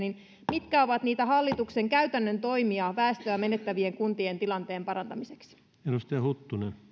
mitkä ovat niitä hallituksen käytännön toimia väestöä menettävien kuntien tilanteen parantamiseksi